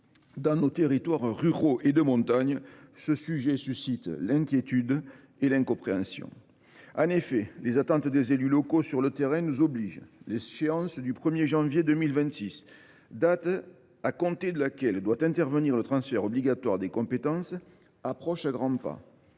dans nos territoires ruraux et de montagne, ce sujet suscite inquiétude et incompréhension. En effet, les attentes des élus locaux sur le terrain nous obligent : l’échéance du 1 janvier 2026, date à compter de laquelle doit intervenir le transfert obligatoire des compétences, approche à grands pas.